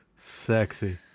Sexy